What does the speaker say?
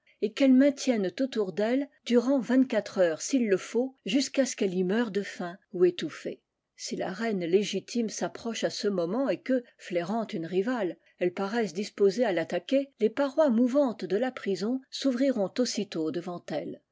et qu'elles maintiennent autour d'elle durant vingt-quatre heures s'il le faut jusqu'à ce qu'elle y meure de faim ou étouffée si la reine légitime s'approche à ce moment et que flairant une rivale elle paraisse disposée à l'attaquer les parois mouvantes de la prison s'ouvriront aussitôt devant elle